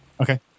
Okay